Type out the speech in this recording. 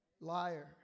Liar